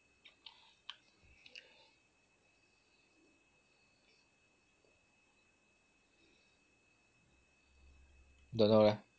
don't know leh